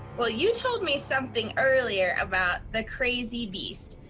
well, you told me something earlier about the crazy beast.